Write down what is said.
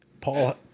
paul